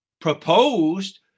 proposed